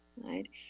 right